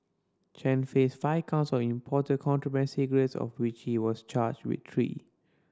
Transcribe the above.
Chen faced five counts importing contraband cigarettes of which he was charged with three